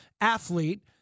athlete